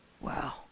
Wow